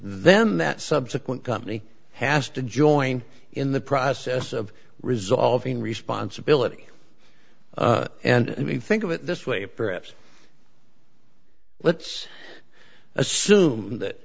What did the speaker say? then that subsequent company has to join in the process of resolving responsibility and we think of it this way perhaps let's assume that